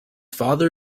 father